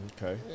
Okay